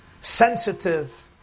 sensitive